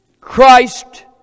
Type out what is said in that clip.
Christ